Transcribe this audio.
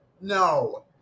no